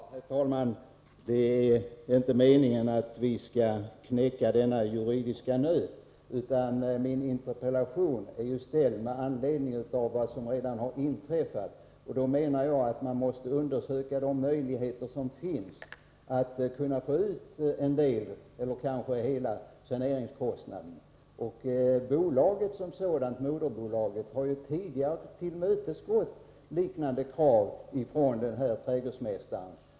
Herr talman! Det är inte meningen att vi skall knäcka denna juridiska nöt. Min interpellation har ju framställts med anledning av vad som redan har inträffat, och jag menar att man därför måste undersöka de möjligheter som finns att få ut en del av eller hela saneringskostnaden. Moderbolaget har tidigare tillmötesgått liknande krav från denne trädgårdsmästare.